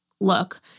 look